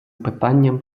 питанням